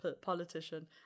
politician